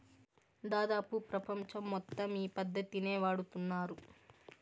దాదాపు ప్రపంచం మొత్తం ఈ పద్ధతినే వాడుతున్నారు